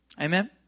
Amen